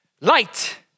light